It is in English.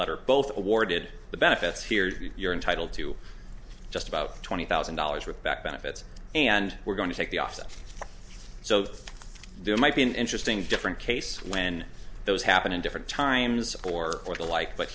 letter both awarded the benefits here's your intitled to just about twenty thousand dollars with back benefits and we're going to take the offer so there might be an interesting different case when those happen in different times or more to life but